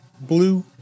blue